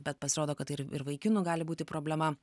bet pasirodo kad tai ir ir vaikinų gali būti problema